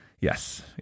Yes